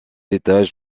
étages